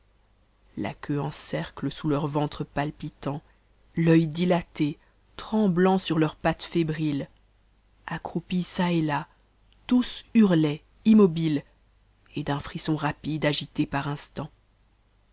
la qaeae en cercïe sbas leurs ventres partants l'œit ditate tremmant sur tears pattes abrites accroupis ça et là tons horiaient immobiles et d'un fr sson rapide agités par instants